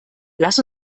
lass